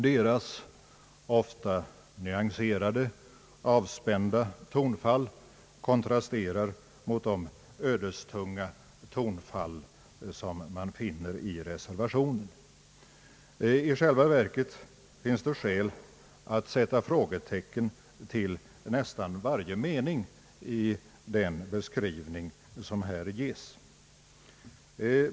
De europeiska politikernas ofta nyanserade och avspända tonfall kontrasterar mot de ödestyngda tonfall som präglar reservation 1. I själva verket finns det skäl att sätta frågetecken efter nästan varje mening i den beskrivning som ges.